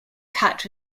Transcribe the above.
cut